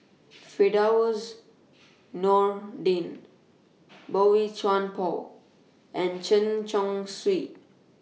Firdaus Nordin Boey Chuan Poh and Chen Chong Swee